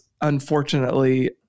unfortunately